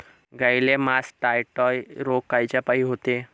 गाईले मासटायटय रोग कायच्यापाई होते?